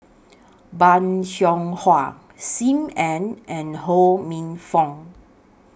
Bong Hiong Hwa SIM Ann and Ho Minfong